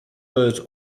words